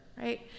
right